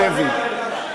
תשובה עניינית, תן אותה.